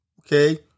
Okay